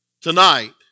tonight